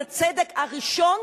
את הצדק הראשון,